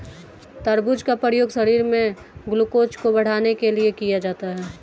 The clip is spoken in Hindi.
तरबूज का प्रयोग शरीर में ग्लूकोज़ को बढ़ाने के लिए किया जाता है